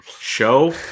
show